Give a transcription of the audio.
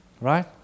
Right